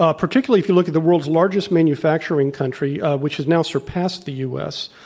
ah particularly if you look at the world's largest manufacturing country, which has now surpassed the u. s.